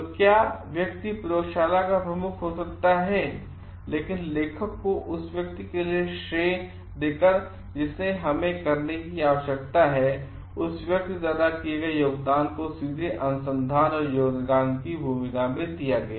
तो क्या व्यक्ति प्रयोगशाला का प्रमुख हो सकता है लेकिन लेखक को उस व्यक्ति के लिए श्रेय देकर जिसे हमें करने की आवश्यकता है उस व्यक्ति द्वारा किए गए योगदान को सीधे अनुसंधान और योगदान की भूमिका में दिया गया